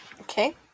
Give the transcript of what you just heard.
Okay